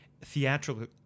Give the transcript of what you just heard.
theatrical